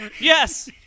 Yes